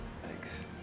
Thanks